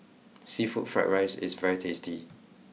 seafood fried rice is very tasty